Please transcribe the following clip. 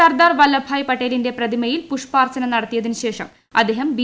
സർദാർ വല്പഭായി പട്ടേലിന്റെ പ്രതിമയിൽ പുഷ്പാർച്ചന നടത്തിയതിന് ശേഷം അദ്ദേഹം ബി